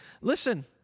listen